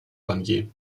barnier